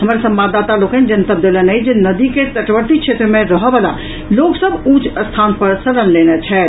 हमर संवाददाता लोकनि जनतब देलनि अछि जे नदी के तटवर्ती क्षेत्र मे रहऽवला लोक सभ ऊंच स्थान पर शरण लेने छथि